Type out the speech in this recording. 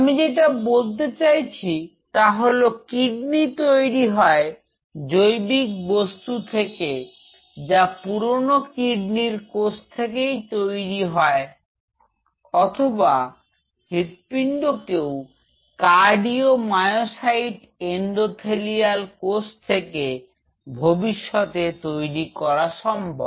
আমি যেটা বলতে চাইছি তা হল কিডনি তৈরি হয় জৈবিক বস্তু থেকে যা পুরনো কিডনির কোষ থেকেই তৈরি হয় অথবা হৃদপিণ্ড কেও কার্ডিও মায়োসাইট এন্ডোথেলিয়াল কোষ থেকে ভবিষ্যতে তৈরি করা সম্ভব